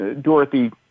Dorothy